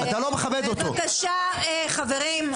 בבקשה, חברים.